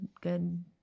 good